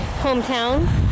hometown